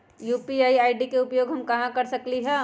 UPI ID के उपयोग हम कहां कहां कर सकली ह?